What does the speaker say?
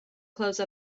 close